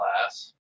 class